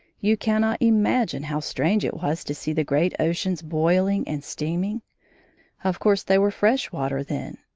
you cannot imagine how strange it was to see the great oceans boiling and steaming of course, they were fresh water then.